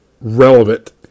relevant